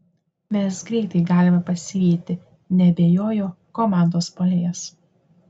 mes greitai galime pasivyti neabejojo komandos puolėjas